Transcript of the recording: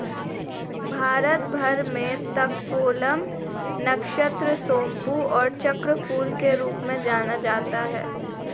भारत भर में तककोलम, नक्षत्र सोमपू और चक्रफूल के रूप में जाना जाता है